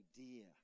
idea